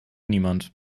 niemand